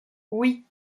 oui